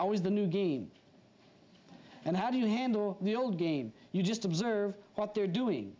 always the new game and how do you handle the old game you just observe what they're doing